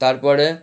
তারপরে